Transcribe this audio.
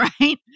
right